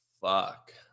fuck